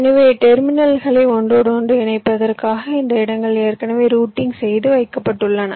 எனவே டெர்மினல்களை ஒன்றோடொன்று இணைப்பதற்காக இந்த இடங்கள் ஏற்கனவே ரூட்டிங் செய்து வைக்கப்பட்டுள்ளன